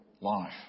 life